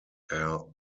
their